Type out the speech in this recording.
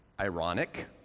Ironic